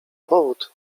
powód